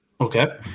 Okay